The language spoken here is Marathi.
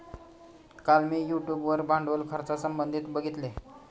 काल मी यूट्यूब वर भांडवल खर्चासंबंधित बघितले